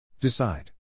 Decide